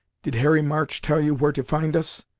did harry march tell you, where to find us,